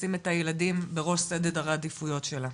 לשים את הילדים בראש סדר העדיפויות שלה